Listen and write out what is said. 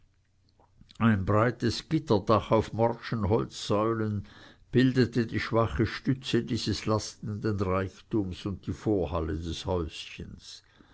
ein breites gitterdach auf morschen holzsäulen bildete die schwache stütze dieses lastenden reichtums und die vorhalle des häuschens